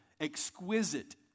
exquisite